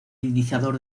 iniciador